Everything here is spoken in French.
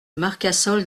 marcassol